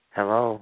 Hello